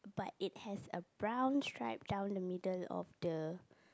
but it has a brown stripe down the middle of the